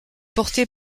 porté